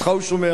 אותך הוא שומע,